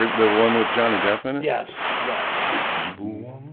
the one with johnny depp in it yes, yes but